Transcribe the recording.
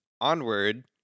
onward